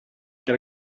get